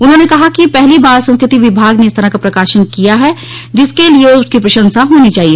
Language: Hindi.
उन्होंने कहा कि पहली बार संस्कृति विभाग ने इस तरह का प्रकाशन किया है जिसके लिए उसकी प्रशंसा होनी चाहिए